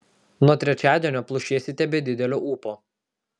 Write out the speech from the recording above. nuo trečiadienio plušėsite be didelio ūpo